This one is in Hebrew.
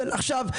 עכשיו,